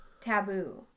taboo